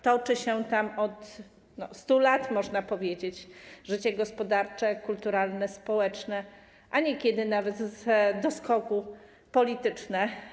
Toczy się tam od 100 lat, można powiedzieć, życie gospodarcze, kulturalne, społeczne, a niekiedy nawet z doskoku polityczne.